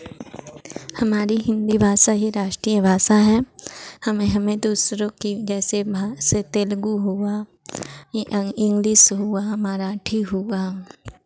हमारी हिन्दी भाषा ही राष्ट्रीय भाषा है हमें हमें दूसरों की जैसे भषा तेलुगु हुआ इ अं इंग्लिश हुआ मराठी हुआ